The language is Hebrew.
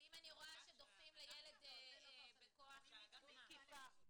אם אני רואה שדוחפים לילד בכוח --- זו תקיפה,